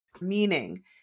Meaning